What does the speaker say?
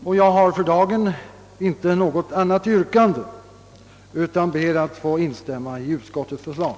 Jag har därför för da gen inte något annat yrkande än om bifall till utskottets hemställan.